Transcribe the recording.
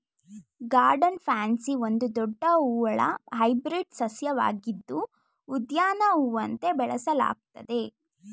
garden pansy ಒಂದು ದೊಡ್ಡ ಹೂವುಳ್ಳ ಹೈಬ್ರಿಡ್ ಸಸ್ಯವಾಗಿದ್ದು ಉದ್ಯಾನ ಹೂವಂತೆ ಬೆಳೆಸಲಾಗ್ತದೆ